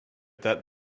that